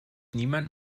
niemand